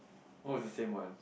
oh is the same one